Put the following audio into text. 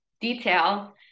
detail